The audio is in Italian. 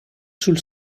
sul